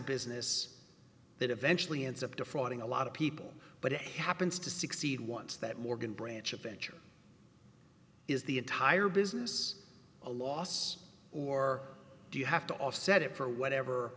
business that eventually ends up defrauding a lot of people but it happens to succeed once that morgan branch of venture is the entire business a loss or do you have to offset it for whatever